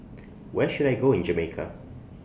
Where should I Go in Jamaica